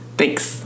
Thanks